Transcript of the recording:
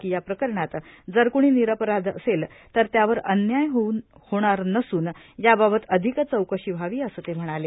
की या प्रकरणात जर कुणी निरपराध असेल तर त्यावर अन्याय होणार नसून याबाबत अधिक चौकशी व्हावी असे ते म्हणाले